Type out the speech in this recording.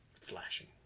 flashing